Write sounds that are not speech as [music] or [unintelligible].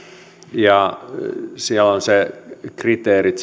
ja siellä ovat ne kriteerit [unintelligible]